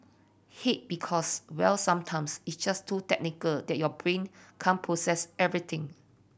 hate because well sometimes it's just to technical that your brain can't process everything